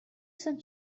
some